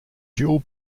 dual